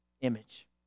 image